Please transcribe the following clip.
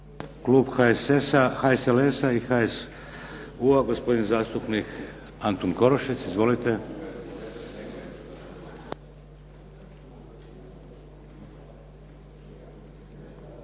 Klub HSLS-a i HSU-a gospodin zastupnik Antun Korušec. Izvolite.